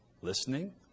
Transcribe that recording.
listening